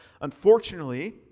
Unfortunately